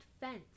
fence